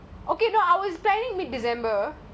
you'll actually book what if it's the next day